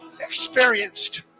experienced